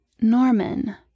Norman